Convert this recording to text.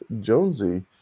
Jonesy